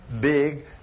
big